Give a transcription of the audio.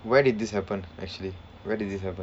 where did this happen actually where did this happen